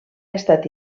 estat